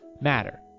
matter